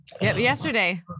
Yesterday